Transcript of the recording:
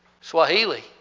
Swahili